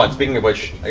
um speaking of which,